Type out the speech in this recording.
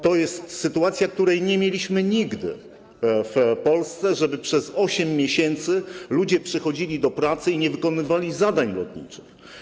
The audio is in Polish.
To jest sytuacja, jakiej nigdy nie było w Polsce: żeby przez 8 miesięcy ludzie przychodzili do pracy i nie wykonywali zadań lotniczych.